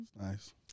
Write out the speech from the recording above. Nice